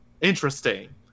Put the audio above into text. interesting